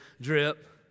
drip